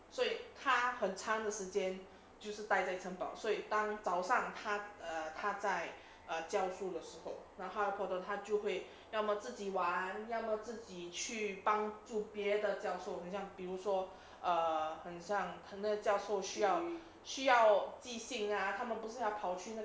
所以他很长的时间就是呆在城堡所以当早上他 err 他 err 在教书的时候然后 err 然后哈利波特就会要么自己玩要么自己去帮助别的教授很像比如说 err 很像那个教授需要需要寄信啊他们不是要跑去